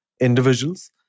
individuals